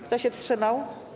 Kto się wstrzymał?